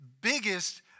biggest